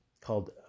called